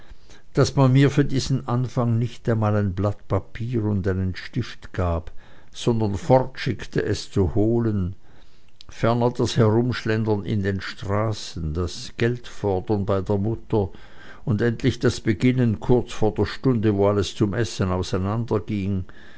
daß man mir für diesen anfang nicht einmal ein blau papier und einen stift gab sondern fortschickte welche zu holen ferner das herumschlendern in den straßen das geld fordern bei der mutter und endlich das beginnen kurz vor der stunde wo alles zum essen